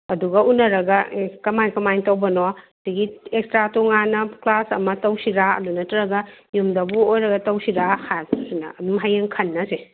ꯑꯗꯨꯒ ꯎꯅꯔꯒ ꯀꯃꯥꯏ ꯀꯃꯥꯏꯅ ꯇꯧꯕꯅꯣ ꯑꯗꯒꯤ ꯑꯦꯛꯁꯇ꯭ꯔꯥ ꯇꯣꯉꯥꯟꯅ ꯀ꯭ꯂꯥꯁ ꯑꯃ ꯇꯧꯁꯤꯔꯥ ꯑꯗꯨ ꯅꯠꯇꯔꯒ ꯌꯨꯝꯗꯕꯨ ꯑꯣꯏꯔꯒ ꯇꯧꯁꯤꯔꯥ ꯍꯥꯏꯕꯗꯣ ꯑꯗꯨꯝ ꯍꯌꯦꯡ ꯈꯟꯅꯁꯦ